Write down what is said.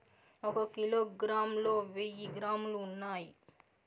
ఒక కిలోగ్రామ్ లో వెయ్యి గ్రాములు ఉన్నాయి